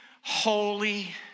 holy